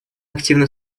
активно